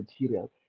material